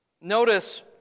Notice